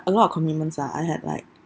a lot of commitments ah I had like